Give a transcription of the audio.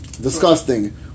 disgusting